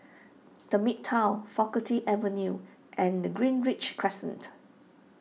the Midtown Faculty Avenue and the Greenridge Crescent